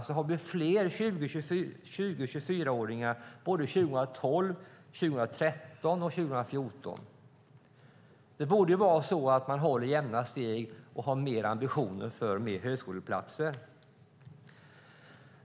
Vi har fler 20-24-åringar 2012, 2013 och 2014. Man borde hålla jämna steg och ha mer ambitioner för fler högskoleplatser.